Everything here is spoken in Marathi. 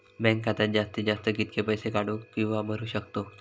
बँक खात्यात जास्तीत जास्त कितके पैसे काढू किव्हा भरू शकतो?